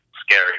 scary